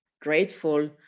grateful